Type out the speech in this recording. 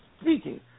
speaking